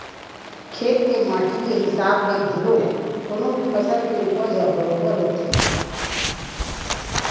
खेत के माटी के हिसाब ले घलो कोनो भी फसल के उपज ह बरोबर होथे